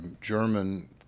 German